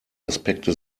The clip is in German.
aspekte